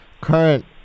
current